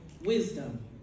wisdom